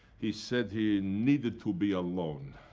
he said he needed to be alone.